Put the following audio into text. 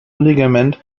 ligament